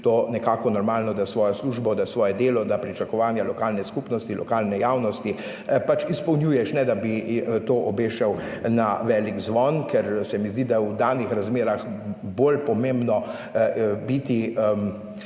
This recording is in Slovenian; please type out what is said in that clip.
to nekako normalno, da svojo službo, da svoje delo, da pričakovanja lokalne skupnosti, lokalne javnosti pač izpolnjuješ, ne da bi to obešal na velik zvon, ker se mi zdi, da je v danih razmerah bolj pomembno biti,